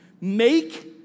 Make